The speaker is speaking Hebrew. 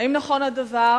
1. האם נכון הדבר?